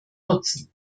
nutzen